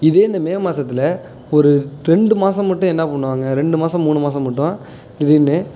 இதே இந்த மே மாசத்தில் ஒரு ரெண்டு மாதம் மட்டும் என்னால் பண்ணுவாங்க ரெண்டு மாதம் மூணு மாதம் மட்டும் திடீர்னு